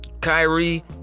Kyrie